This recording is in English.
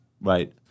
Right